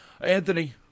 Anthony